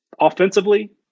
offensively